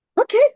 okay